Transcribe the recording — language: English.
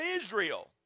Israel